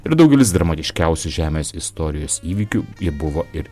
ir daugelis dramatiškiausių žemės istorijos įvykių jie buvo ir